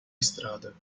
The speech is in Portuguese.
estrada